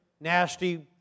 nasty